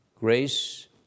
Grace